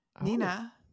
Nina